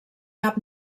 cap